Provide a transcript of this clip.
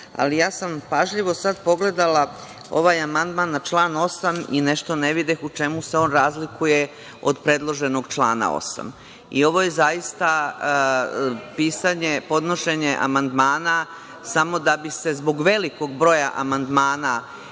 ali pažljivo sam pogledala ovaj amandman na član 8. i nešto ne videh u čemu se on razlikuje od predloženog člana 8.Ovo je zaista pisanje, podnošenje amandmana samo da bi se zbog velikog broja amandmana,